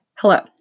Hello